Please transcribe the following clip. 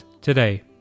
today